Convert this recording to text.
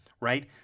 right